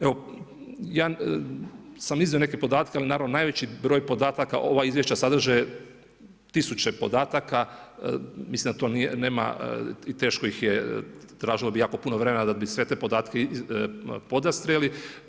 Evo, ja sam iznio neke podatke, ali naravno, najveći broj podataka ova izvješća sadrže tisuće podataka, mislim da to nema i teško ih je, tražilo bi jako puno vremena da bi sve te podatke podastrijeli.